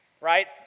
right